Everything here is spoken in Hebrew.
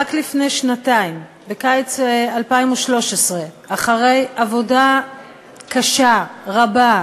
רק לפני שנתיים, בקיץ 2013, אחרי עבודה קשה, רבה,